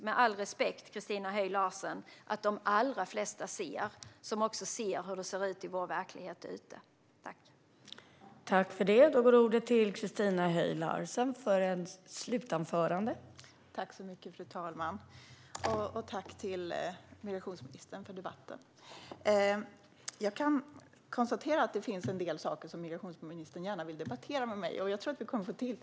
Med all respekt, Christina Höj Larsen - jag tror att de allra flesta som ser hur det ser ut i vår verklighet delar den bedömningen.